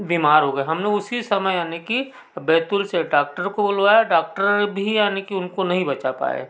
बीमार हो गए हम ने उसी समय यानी कि बैतूल से डॉक्टर से बुलवाया डॉक्टर भी यानी कि उनको नहीं बचा पाए